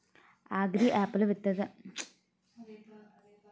Agri app లో విత్తనం ధర కనుకోవచ్చా?